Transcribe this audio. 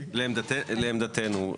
לעמדתנו,